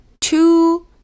two